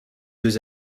deux